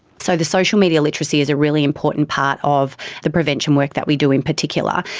so the social media literacy is a really important part of the prevention work that we do in particular.